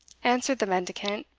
answered the mendicant,